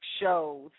shows